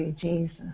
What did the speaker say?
Jesus